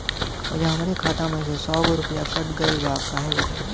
भईया हमरे खाता में से सौ गो रूपया कट गईल बा काहे बदे?